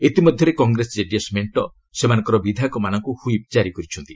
ଇତିମଧ୍ୟରେ କଂଗ୍ରେସ ଜେଡିଏସ୍ ମେଣ୍ଟ ସେମାନଙ୍କର ବିଧାୟକମାନଙ୍କୁ ହ୍ୱିପ୍ କାରି କରିଛନ୍ତି